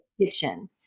Kitchen